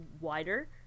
wider